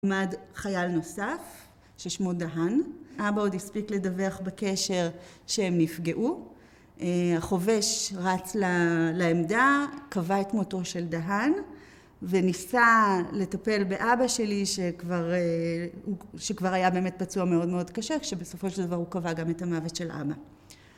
עמד חייל נוסף, ששמו דהן, אבא עוד הספיק לדווח בקשר שהם נפגעו, החובש רץ לעמדה, קבע את מותו של דהן, וניסה לטפל באבא שלי, שכבר היה באמת פצוע מאוד מאוד קשה כשבסופו של דבר הוא קבע גם את המוות של אבא